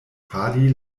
fali